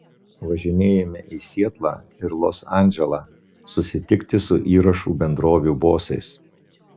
važinėjome į sietlą ir los andželą susitikti su įrašų bendrovių bosais